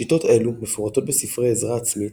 שיטות אלו מפורטות בספרי עזרה עצמית